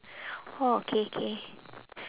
orh K K